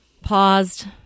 paused